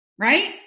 right